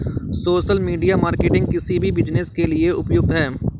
social media marketing किसी भी business के लिए उपयुक्त है